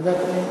ועדת הפנים.